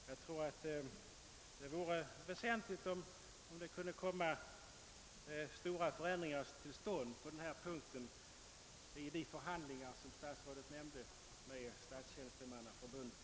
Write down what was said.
Jag tror att det är väsentligt att man får till stånd stora förändringar i dessa avseenden vid de förhandlingar med Statstjänstemannaförbundet som statsrådet nämnde.